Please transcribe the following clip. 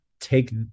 take